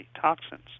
toxins